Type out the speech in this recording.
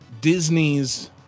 Disney's